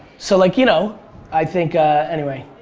so like, you know i think. ah anyway.